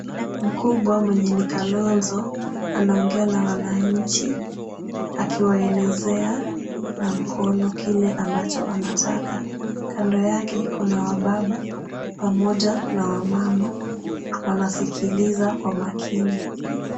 Mkubwa mwenye ni Kalonzo anaongea na wananchi akiwaelezea na mkono kile ambacho anataka. Kando yake kuna[ cs]wababa pamoja na wamama wanasikiliza kwa makini.